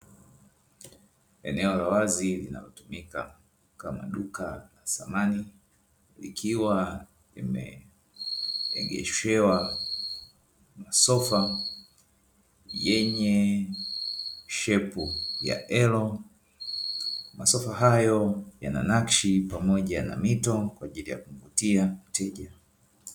Eneo la wazi linalotumika kama duka la samani, likiwa limeegeshewa masofa yenye shepu ya L, masofa hayo yana nakshi pamoja na mito ya kuwavutia wateja.